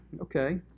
Okay